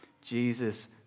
Jesus